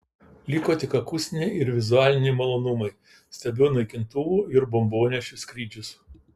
liko tik akustiniai ir vizualiniai malonumai stebiu naikintuvų ir bombonešių skrydžius